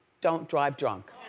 don't drive drunk.